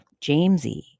Jamesy